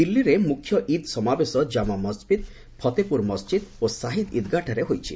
ଦିଲ୍ଲୀରେ ମ୍ରଖ୍ୟ ଇଦ୍ ସମାବେଶ କାମା ମସ୍ଜିଦ୍ ଫତେପୁରୀ ମସ୍ଜିଦ୍ ଓ ଶାହି ଇଦ୍ଗାହଠାରେ ହୋଇଛି